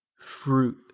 fruit